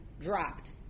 dropped